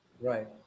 Right